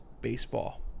baseball